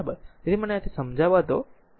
તેથી મને મને તે સમજાવા દો